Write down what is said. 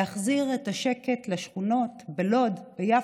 להחזיר את השקט לשכונות בלוד, ביפו,